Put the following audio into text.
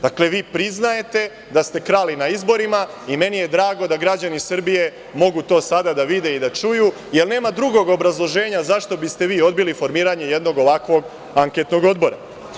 Dakle, vi priznajete da ste krali na izborima i meni je drago da građani Srbije mogu to sada da vide i da čuju, jer nema drugog obrazloženja zašto biste vi odbili formiranje jednog ovakvog anketnog odbora.